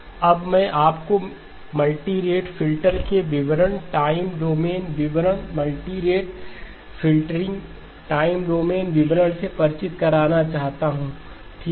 अब मैं आपको मल्टीरेट फिल्टर के विवरण टाइम डोमेन विवरण मल्टीरेट फ़िल्टरिंग के टाइम डोमेन विवरण से परिचित कराना चाहता हूं ठीक है